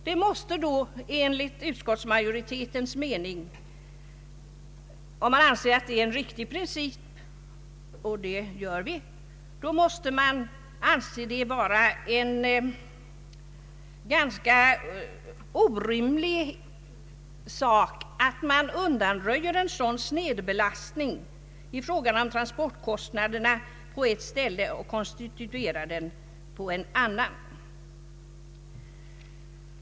Om man betraktar detta som en riktig princip — och det gör vi — måste man enligt utskottsma joritetens mening anse det vara ganska orimligt att undanröja en sådan snedbelastning i fråga om transportkostnaderna på ett ställe och konstituera dem på ett annat.